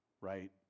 Right